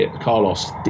Carlos